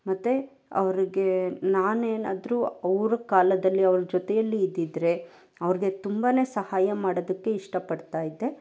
ಮತ್ತು ಅವರಿಗೆ ನಾನು ಏನಾದ್ರೂ ಅವ್ರ ಕಾಲದಲ್ಲಿ ಅವ್ರ ಜೊತೆಯಲ್ಲಿ ಇದ್ದಿದ್ದರೆ ಅವ್ರಿಗೆ ತುಂಬಾ ಸಹಾಯ ಮಾಡೋದಕ್ಕೆ ಇಷ್ಟಪಡ್ತಾ ಇದ್ದೆ